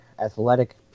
athletic